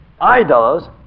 Idols